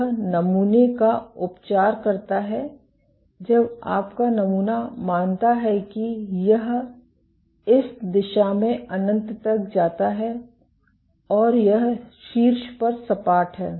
यह नमूने का उपचार करता है जब आपका नमूना मानता है कि यह इस दिशा में अनंत तक जाता है और यह शीर्ष पर सपाट है